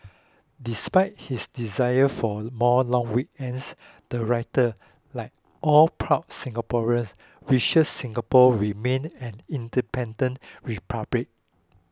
despite his desire for more long weekends the writer like all proud Singaporeans wishes Singapore remains an independent republic